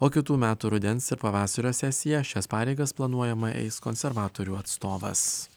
o kitų metų rudens ir pavasario sesiją šias pareigas planuojama eis konservatorių atstovas